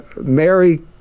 Mary